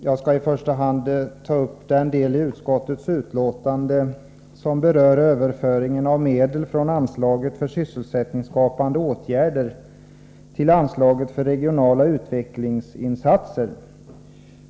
Jag skall i första hand ta upp den del i utskottets betänkande som berör överföring av medel från anslaget för sysselsättningsskapande åtgärder till anslaget för regionala utvecklingsinsatser.